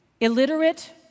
illiterate